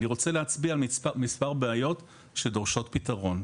אני רוצה להצביע על מספר בעיות שדורשות פתרון.